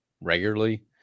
regularly